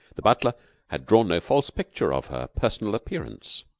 the butler had drawn no false picture of her personal appearance.